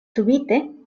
subite